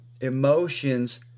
emotions